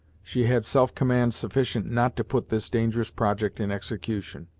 she had self-command sufficient not to put this dangerous project in execution,